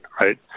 right